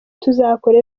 tuzakora